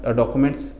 documents